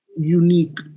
unique